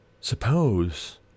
suppose